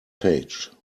page